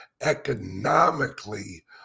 economically